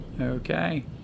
okay